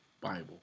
Bible